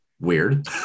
weird